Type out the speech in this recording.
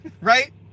right